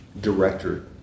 director